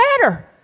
better